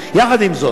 יחד עם זאת,